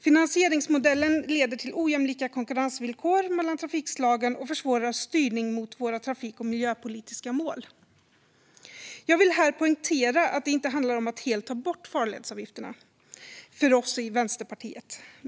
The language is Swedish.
Finansieringsmodellen leder till ojämlika konkurrensvillkor mellan trafikslagen och försvårar styrning mot våra trafik och miljöpolitiska mål. Jag vill här poängtera att det för oss i Vänsterpartiet inte handlar om att helt ta bort farledsavgifterna.